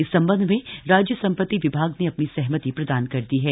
इस संबंध में राज्य संपत्ति विभाग ने अपनी सहमति प्रदान कर दी है